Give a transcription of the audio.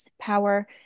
power